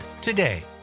today